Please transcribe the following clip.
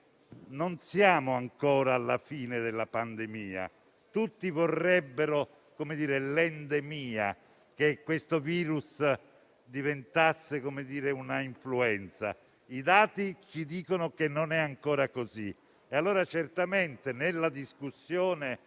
non siamo ancora alla fine della pandemia. Tutti vorrebbero l'endemia, che questo virus diventi una influenza. I dati ci dicono che non è ancora così. Certamente nella discussione